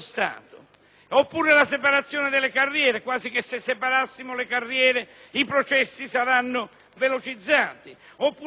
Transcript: Stato; la separazione delle carriere quasi che, separando le carriere, i processi saranno velocizzati;